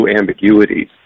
ambiguities